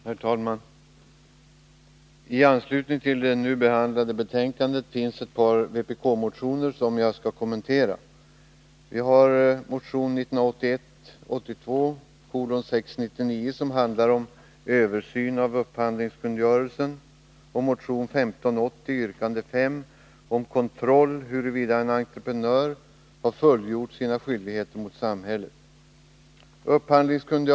Herr talman! I anslutning till det nu behandlade betänkandet skall jag kommentera ett par vpk-motioner. Motion 699 handlar om översyn av upphandlingskungörelsen och motion 1580 yrkande 5 om kontroll av huruvida en entreprenör har fullgjort sina skyldigheter mot samhället.